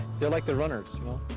they're like the runners, you know?